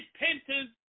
repentance